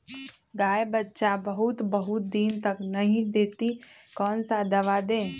गाय बच्चा बहुत बहुत दिन तक नहीं देती कौन सा दवा दे?